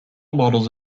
models